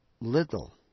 little